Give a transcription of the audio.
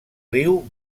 riu